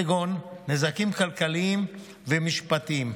כגון נזקים כלכליים ומשפטיים.